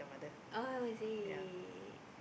oh is it